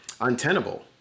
untenable